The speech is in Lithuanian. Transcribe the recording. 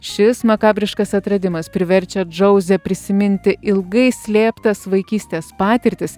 šis makabriškas atradimas priverčia džauzę prisiminti ilgai slėptas vaikystės patirtis